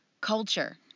culture